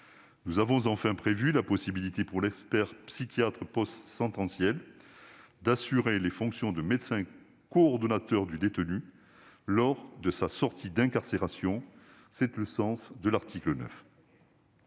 Nous avons enfin prévu la possibilité pour l'expert psychiatre postsentenciel d'assurer les fonctions de médecin coordonnateur du détenu lors de sa sortie d'incarcération : tel est le sens de l'article 9.